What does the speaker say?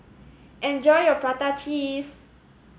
enjoy your Prata Cheese